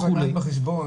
צריך לקחת בחשבון,